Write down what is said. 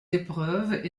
épreuves